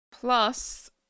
Plus